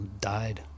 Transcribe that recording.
died